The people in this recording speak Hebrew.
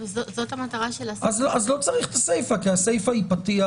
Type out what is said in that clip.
אז לא צריך את הסיפא כי הסיפא היא פתיח